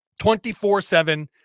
24-7